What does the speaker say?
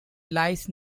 lies